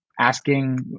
asking